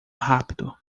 rápido